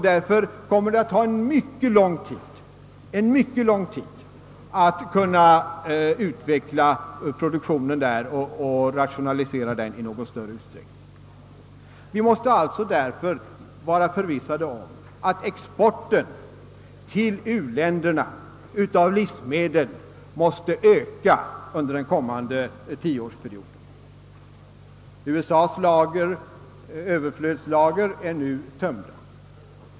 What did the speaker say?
Därför kommer det att ta mycket lång tid att utveckla jordbruksproduktionen och rationalisera den i någon större utsträckning. Vi kan därför vara förvissade om att exporten av livsmedel till u-länderna måste öka under den kommande tioårsperioden. USA:s överflödslager är nu tömda.